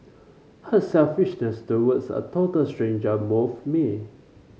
her selflessness towards a total stranger moved me